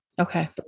Okay